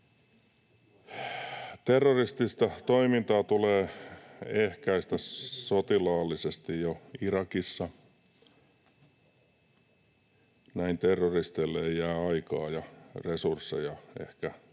Terroristista toimintaa tulee ehkäistä sotilaallisesti jo Irakissa. Näin terroristeille ei jää aikaa eikä resursseja ehkä